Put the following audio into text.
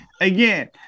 again